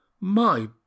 My